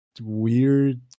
weird